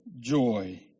joy